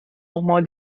nochmal